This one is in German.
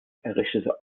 errichtete